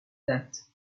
date